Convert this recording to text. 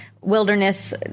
wilderness